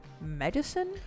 Medicine